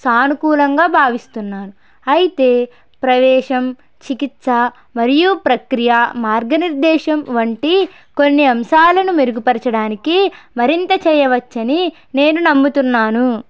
సానుకూలంగా భావిస్తున్నాను అయితే ప్రవేశం చికిత్స మరియు ప్రక్రియ మార్గనిర్దేశం వంటి కొన్ని అంశాలని మెరుగు పరచడానికి మరింత చేయవచ్చని నేను నమ్ముతున్నాను